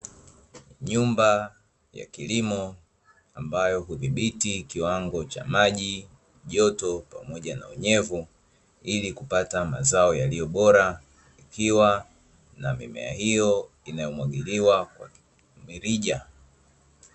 Nyumba ya kilimo ambayo hudhibiti kiwango cha maji, joto pamoja na unyevu, ili kupata mazao yaliyo bora, ikiwa na mimea hiyo inayomwagiliwa kwa mirija.